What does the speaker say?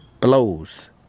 blows